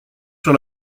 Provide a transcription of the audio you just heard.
sur